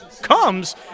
comes